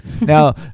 Now